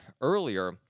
earlier